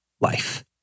life